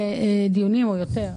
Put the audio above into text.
דיונים או יותר,